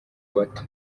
bato